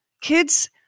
Kids